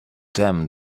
them